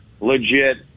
legit